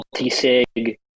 multi-sig